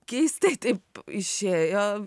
keistai taip išėjo